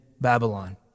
Babylon